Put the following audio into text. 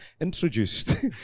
introduced